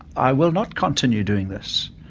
i will not continue doing this.